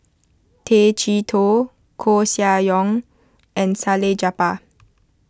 Tay Chee Toh Koeh Sia Yong and Salleh Japar